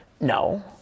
No